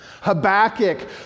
Habakkuk